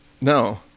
No